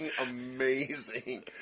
amazing